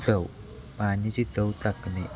चव पाण्याची चव चाखणे